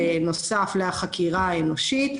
בנוסף לחקירה האנושית.